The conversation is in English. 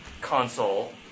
console